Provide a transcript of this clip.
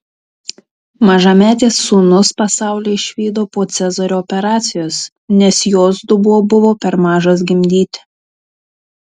mažametės sūnus pasaulį išvydo po cezario operacijos nes jos dubuo buvo per mažas gimdyti